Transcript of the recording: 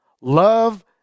love